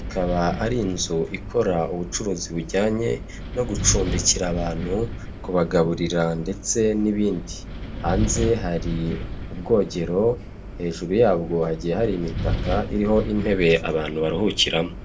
ikaba ari inzu ikora ubucuruzi bujyanye no gucumbikira abantu, kubagaburira ndetse n'ibindi. Hanze hari ubwogero hejuru yabwo hagiye hari imitaka, iriho intebe abantu baruhukiramo.